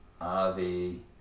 avi